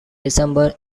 december